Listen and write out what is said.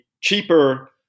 cheaper